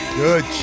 good